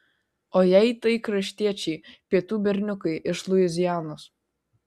o jei tai kraštiečiai pietų berniukai iš luizianos